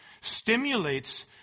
stimulates